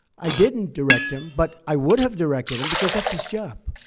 i didn't direct him but i would have directed him because that's his job.